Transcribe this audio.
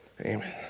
Amen